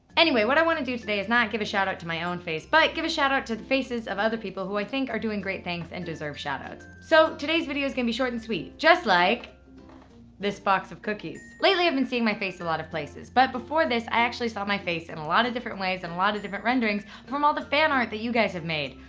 anyway, what i want to do today is not give a shout-out to my own face, but give a shout-out to the faces of other people who i think are doing great things and deserve shout-outs. so, today's video is going to be short and sweet, just like this box of cookies. lately, i've been seeing my face at a lot of places, but before this i actually saw my face in and a lot of different ways and a lot of different renderings from all the fan art that you guys have made.